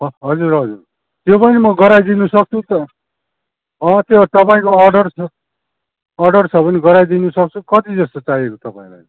हजुर हजुर त्यो पनि म गराइदिनु सक्छु त अँ त्यो तपाईँको अर्डर अर्डर छ भने गराइदिन सक्छु कति जस्तो चाहिएको तपाईँलाई